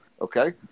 okay